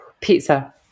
Pizza